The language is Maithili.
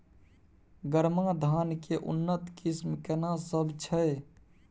गरमा धान के उन्नत किस्म केना सब छै?